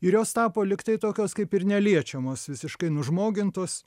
ir jos tapo lygtai tokios kaip ir neliečiamos visiškai nužmogintos